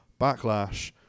backlash